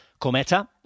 Cometa